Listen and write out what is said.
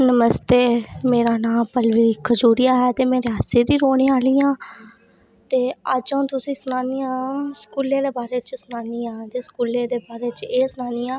नमस्ते मेरा नांऽ पल्लवी खजूरिया ऐ ते में रियासी दी रौह्ने आह्ली आं अज्ज अं'ऊ तुसेंगी सनान्नी आं स्कूलै दे बारै च सनान्नी आं ते स्कूलै दे बारै च एह् सनान्नी आं